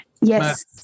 Yes